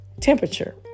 temperature